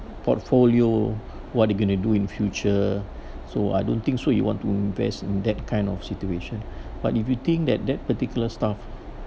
portfolio what you going to do in future so I don't think so you want to invest in that kind of situation but if you think that that particular stuff